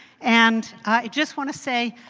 and i just want to say,